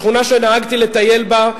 שכונה שנהגתי לטייל בה,